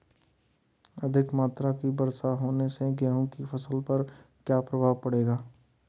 अधिक मात्रा की वर्षा होने से गेहूँ की फसल पर क्या प्रभाव पड़ेगा?